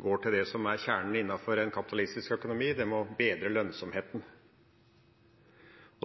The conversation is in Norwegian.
går til det som er kjernen innenfor en kapitalistisk økonomi: å bedre lønnsomheten.